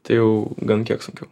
tai jau gan kiek sunkiau